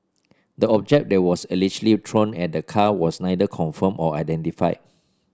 the object that was allegedly thrown at the car was neither confirmed or identified